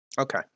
Okay